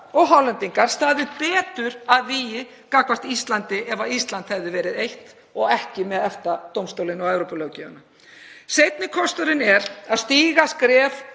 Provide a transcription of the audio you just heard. og Hollendingar staðið betur að vígi gagnvart Íslandi hefði Ísland verið eitt og ekki með EFTA-dómstólinn og Evrópulöggjöfina. Seinni kosturinn er að stíga skref